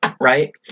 right